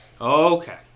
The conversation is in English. Okay